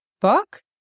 book